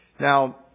Now